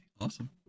Awesome